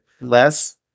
less